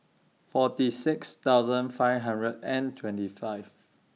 forty six thousand five hundred and twenty five